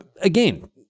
again